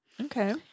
Okay